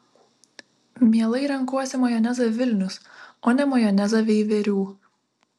mielai renkuosi majonezą vilnius o ne majonezą veiverių